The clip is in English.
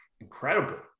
incredible